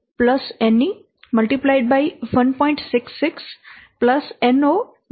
58 Ne 1